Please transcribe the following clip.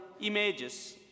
images